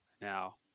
Now